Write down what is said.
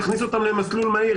תכניס אותם למסלול מהיר.